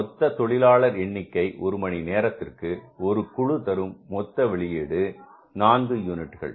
மொத்த தொழிலாளர் எண்ணிக்கை ஒரு மணி நேரத்திற்கு ஒரு குழு தரும் வெளியீடு நான்கு யூனிட்டுகள்